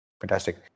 Fantastic